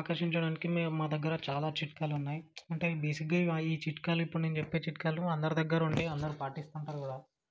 ఆకర్షించడానికి మేము మా దగ్గర చాలా చిట్కాలున్నాయి అంటే బేసిక్గా ఇవి ఈ చిట్కాలు ఇప్పుడు నేను చెప్పే చిట్కాలు అందరి దగ్గర ఉంటయి అందరు పాటిస్తుంటారు కూడా